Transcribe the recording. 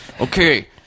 okay